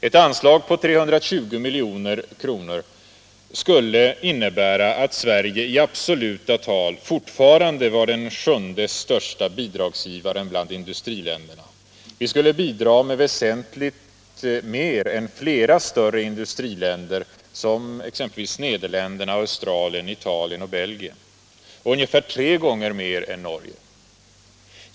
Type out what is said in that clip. Ett anslag på 320 milj.kr. skulle innebära att Sverige i absoluta tal fortfarande var den sjunde största bidragsgivaren bland industriländerna. Vi skulle bidra med väsentligt mer än flera större industriländer, som Nederländerna, Australien, Italien och Belgien, och ungefär tre gånger mer än Norge.